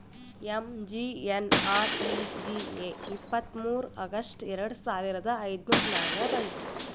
MGNREGA ಇಪ್ಪತ್ತ್ಮೂರ್ August ಎರಡು ಸಾವಿರದ ಐಯ್ದುರ್ನಾಗ್ ಬಂತು